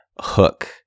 hook